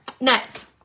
next